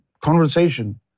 conversation